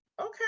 Okay